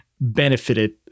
benefited